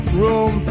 room